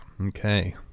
Okay